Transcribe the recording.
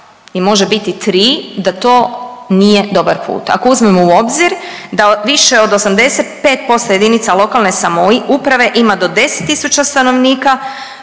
i može biti tri da to nije dobar put ako uzmemo u obzir da više od 85% jedinica lokalne samouprave ima do 10000 stanovnika.